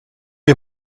est